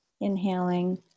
inhaling